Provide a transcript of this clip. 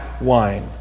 wine